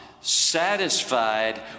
satisfied